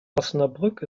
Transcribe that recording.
osnabrück